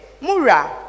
Mura